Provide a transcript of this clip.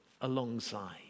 alongside